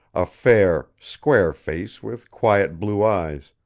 a fair, square face with quiet blue eyes,